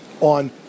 on